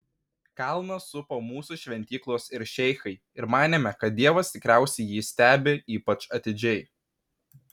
kalną supo mūsų šventyklos ir šeichai ir manėme kad dievas tikriausiai jį stebi ypač atidžiai